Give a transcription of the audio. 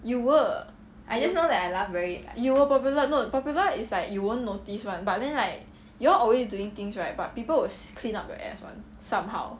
you were you were popular known popular is like you won't notice [one] but then like you all always doing things right but people will clean up your ass [one] somehow